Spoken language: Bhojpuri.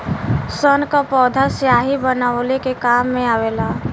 सन क पौधा स्याही बनवले के काम मे आवेला